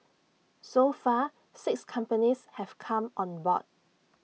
so far six companies have come on board